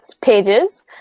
Pages